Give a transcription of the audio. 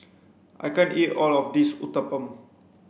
I can't eat all of this Uthapam